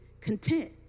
content